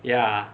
ya